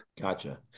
gotcha